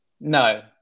No